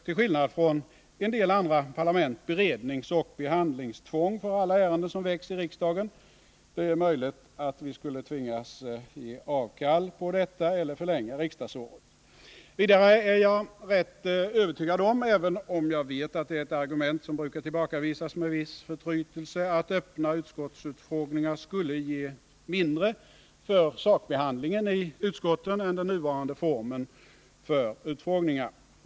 till skillnad från många andra parlament, beredningsoch behandlingstvång för alla ärenden som väcks i riksdagen. Det är möjligt att vi skulle tvingas ge avkall på detta eller förlänga riksdagsåret. Vidare är jag rätt övertygad om — även om jag vet att det är ett argument som brukar tillbakavisas med viss förtrytelse — att öppna utskottsutfrågningar skulle ge mindre för sakhandlingen i utskotten än den nuvarande formen för utfrågningar.